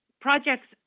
projects